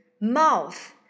mouth